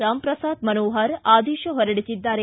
ರಾಮ್ ಪ್ರಸಾತ್ ಮನೋಹರ್ ಆದೇಶ ಹೊರಡಿಸಿದ್ದಾರೆ